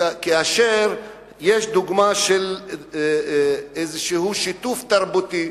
יש דוגמה של איזה שיתוף תרבותי,